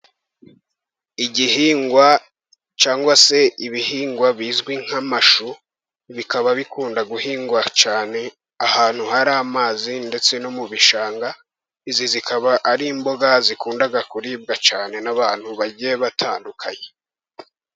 Igihingwa cyangwa se ibihingwa bizwi nk'amashu, bikaba bikunda guhingwa cyane ahantu hari amazi, ndetse no mu bishanga, izi zikaba ari imboga zikunda kuribwa cyane n'abantu bagiye batandukanye.